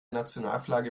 nationalflagge